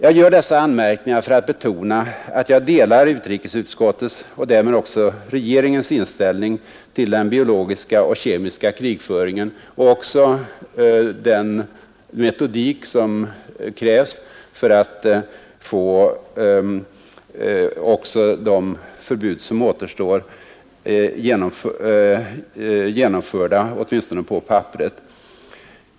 Jag gör dessa anmärkningar för att betona att jag delar utrikesutskottets och därmed regeringens inställning till den biologiska och kemiska krigföringen och också till den metodik som krävs för att få de förbud som återstår att få genomförda, åtminstone på papperet.